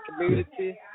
community